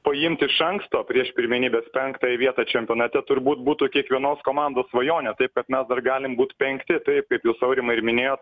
paimt iš anksto prieš pirmenybes penktąją vietą čempionate turbūt būtų kiekvienos komandos svajonė taip kad mes dar galim būt penkti taip kaip jūs aurimai ir minėjot